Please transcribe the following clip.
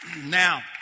Now